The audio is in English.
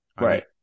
Right